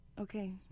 Okay